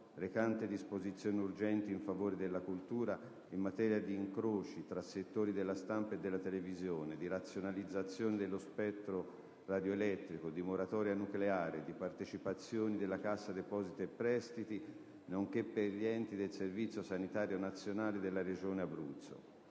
recante disposizioni urgenti in favore della cultura, in materia di incroci tra settori della stampa e della televisione, di razionalizzazione dello spettro radioelettrico, di moratoria nucleare, di partecipazioni della Cassa depositi e prestiti, nonché per gli enti del Servizio sanitario nazionale della regione Abruzzo***